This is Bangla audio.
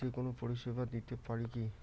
যে কোনো পরিষেবা দিতে পারি কি?